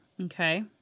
Okay